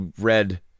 read